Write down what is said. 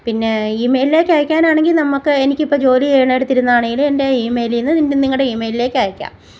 പിന്നെ ഈമെയിലിലേക്ക് അയക്കാനാണെങ്കിൽ നമുക്ക് എനിക്കിപ്പോൾ ജോലി ചെയ്യുന്നിടത്തിരുന്നാണേലും എൻ്റെ ഈമെയിലിൽ നിന്ന് നിങ്ങളുടെ ഈമെയിലിലേക് അയക്കാം